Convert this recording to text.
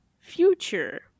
future